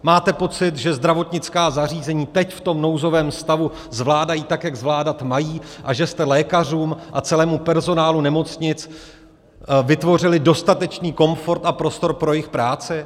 Máte pocit, že zdravotnická zařízení teď v tom nouzovém stavu zvládají tak, jak zvládat mají, a že jste lékařům a celému personálu nemocnic vytvořili dostatečný komfort a prostor pro jejich práci?